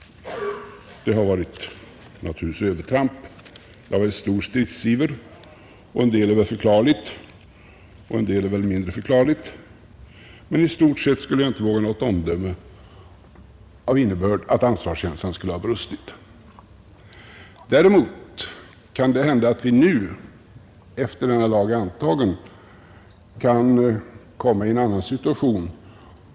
Det har naturligtvis skett övertramp. Stridsivern har varit stor. En del är väl förklarligt och en del mindre förklarligt. Men i stort sett skulle jag inte våga något omdöme av innebörd att ansvarskänslan skulle ha brustit. Däremot kan det hända att vi nu efter det att lagen har antagits kan komma i en annan situation.